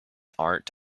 art